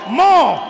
more